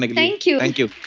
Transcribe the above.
like thank you. thank you.